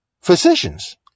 physicians